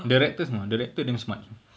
directors you know director damn smart